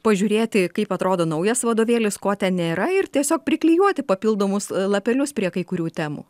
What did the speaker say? pažiūrėti kaip atrodo naujas vadovėlis kode nėra ir tiesiog priklijuoti papildomus lapelius prie kai kurių temų